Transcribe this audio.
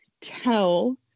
tell